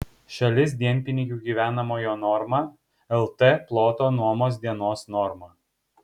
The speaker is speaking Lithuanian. šalis dienpinigių gyvenamojo norma lt ploto nuomos dienos norma